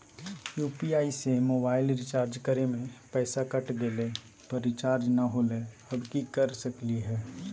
UPI से mobile recharge करे में पैसा कट गेलई, पर रिचार्ज नई होलई, अब की कर सकली हई?